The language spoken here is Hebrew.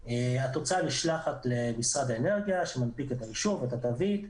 התוצאה נשלחת למשרד האנרגיה שמנפיק את האישור ואת התווית.